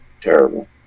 terrible